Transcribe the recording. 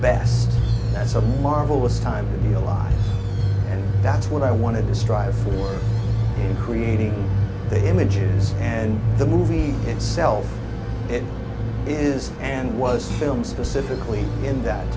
a marvelous time to live and that's what i wanted to strive for in creating the images and the movie itself it is and was filmed specifically in that